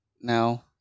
now